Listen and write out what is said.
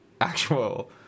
actual